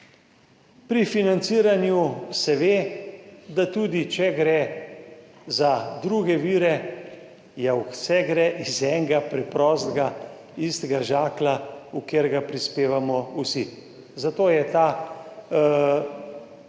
Pri financiranju se ve, da tudi, če gre za druge vire, ja, vse gre iz enega preprostega istega žaklja v katerega prispevamo vsi. Zato je ta način,